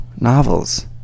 novels